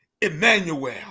Emmanuel